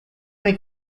make